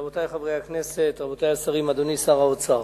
רבותי חברי הכנסת, רבותי השרים, אדוני שר האוצר,